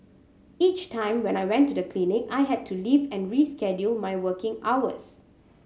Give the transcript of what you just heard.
each time when I went to the clinic I had to leave and reschedule my working hours